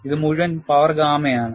ഇത് മുഴുവൻ പവർ ഗാമയാണ്